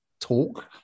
talk